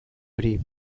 hori